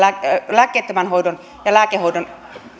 lääkkeettömän hoidon ja lääkehoidon